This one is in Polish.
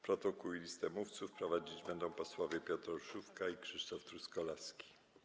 Protokół i listę mówców prowadzić będą posłowie Piotr Olszówka i Krzysztof Truskolaski.